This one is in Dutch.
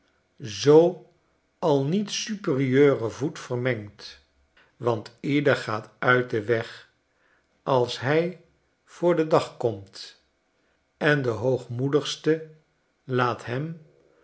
zoo al niet superieuren voet vermengt want ieder gaat uit den weg'als hy voor den dag komt en de hoogmoedigste laat hem